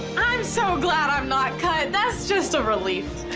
i'm so glad i'm not cut, that's just a relief.